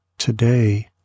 Today